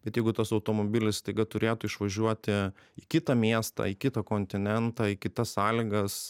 bet jeigu tas automobilis staiga turėtų išvažiuoti į kitą miestą į kitą kontinentą į kitas sąlygas